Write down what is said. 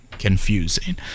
Confusing